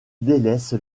délaisse